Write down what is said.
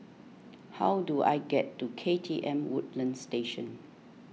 how do I get to K T M Woodlands Station